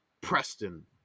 Preston